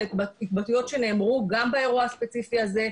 אלה התבטאויות שנאמרו גם באירוע הספציפי הזה.